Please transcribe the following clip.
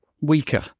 Weaker